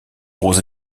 gros